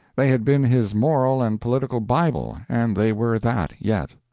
they had been his moral and political bible, and they were that yet.